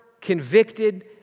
convicted